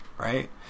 right